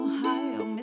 Ohio